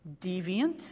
deviant